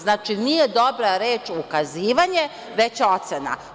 Znači, nije dobra reč ukazivanje, već ocena.